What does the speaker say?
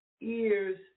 Ears